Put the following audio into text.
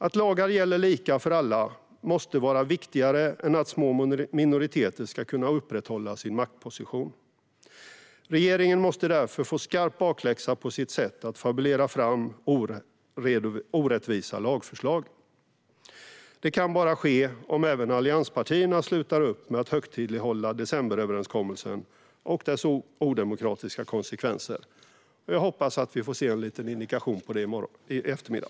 Att lagar gäller lika för alla måste vara viktigare än att små minoriteter ska kunna upprätthålla sin maktposition. Regeringen måste därför få skarp bakläxa på sitt sätt att fabulera fram orättvisa lagförslag. Det kan bara ske om även allianspartierna slutar upp med att högtidlighålla decemberöverenskommelsen och dess odemokratiska konsekvenser. Jag hoppas att vi får se en indikation på detta i eftermiddag.